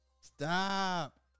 Stop